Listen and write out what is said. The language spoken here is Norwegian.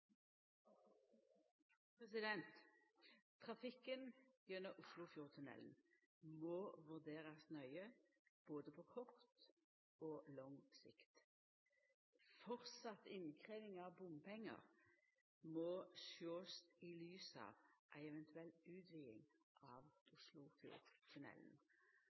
Trafikken gjennom Oslofjordtunnelen må vurderast nøye både på kort og lang sikt. Ei vidare innkrevjing av bompengar må sjåast i lys av ei eventuell utviding av Oslofjordtunnelen.